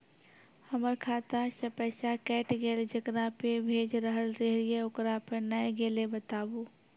हमर खाता से पैसा कैट गेल जेकरा पे भेज रहल रहियै ओकरा पे नैय गेलै बताबू?